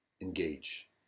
engage